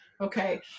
okay